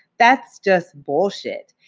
that's just bullshit,